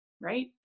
right